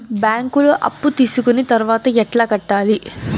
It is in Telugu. బ్యాంకులో అప్పు తీసుకొని తర్వాత ఎట్లా కట్టాలి?